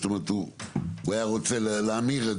זאת אומרת, הוא היה רוצה להמיר את